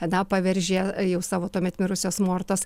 na paveržė ėjau savo tuomet mirusios mortos